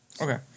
Okay